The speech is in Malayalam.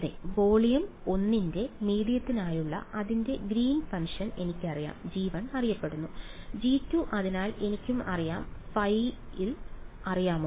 അതെ വോളിയം 1 ന്റെ മീഡിയത്തിനായുള്ള അതിന്റെ ഗ്രീൻസ് ഫംഗ്ഷൻ എനിക്കറിയാം g1 അറിയപ്പെടുന്നു g2 അതിനാൽ എനിക്കും അറിയാം phis അറിയാമോ